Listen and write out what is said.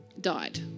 died